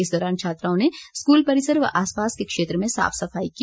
इस दौरान छात्राओं ने स्कूल परिसर व आसपास के क्षेत्र में साफ सफाई की